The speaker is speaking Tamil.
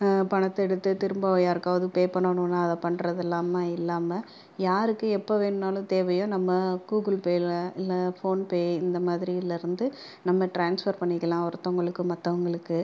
பணத்தை எடுத்து திரும்ப யாருக்காவது பே பண்ணனும்னா அதை பண்றதில்லாம இல்லாமல் யாருக்கு எப்போ வேணும்னாலும் தேவையோ நம்ம கூகுள்பேயில் இல்லை ஃபோன்பே இந்த மாதிரியிலிருந்து நம்ம ட்ரான்ஸ்ஃபெர் பண்ணிக்கலாம் ஒருத்தவர்களுக்கு மற்றவங்களுக்கு